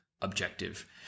objective